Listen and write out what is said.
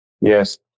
Yes